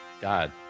God